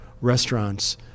restaurants